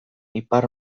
ipar